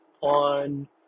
on